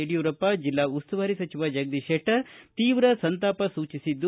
ಯಡಿಯೂರಪ್ಪ ಜಿಲ್ಲಾ ಉಸ್ತುವಾರಿ ಸಚಿವ ಜಗದೀಶ ಶೆಟ್ಟರ್ ತೀವ್ರ ಸಂತಾಪ ಸೂಚಿಸಿದ್ದು